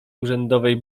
urzędowej